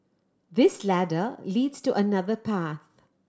this ladder leads to another path